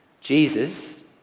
Jesus